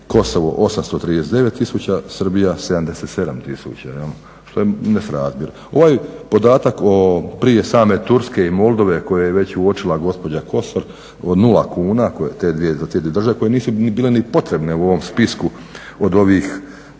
Kosovo 839 tisuća, Srbija 77 tisuća što je nerazmjer. Ovaj podatak prije same Turske i Moldove koje je već uočila Kosor od 0 kuna za te dvije države koje nisu ni bile ni potrebne u ovom spisku od ovih